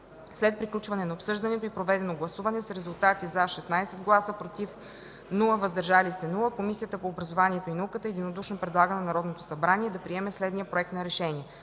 След приключване на обсъждането и проведено гласуване с резултати „за” - 16 гласа, без „против”, „въздържали се”, Комисията по образованието и науката единодушно предлага на Народното събрание да приеме следния проект на решение: